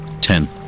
Ten